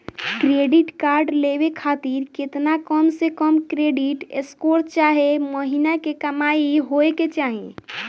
Credit card लेवे खातिर केतना कम से कम क्रेडिट स्कोर चाहे महीना के कमाई होए के चाही?